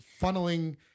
funneling